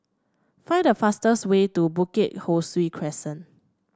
find the fastest way to Bukit Ho Swee Crescent